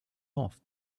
off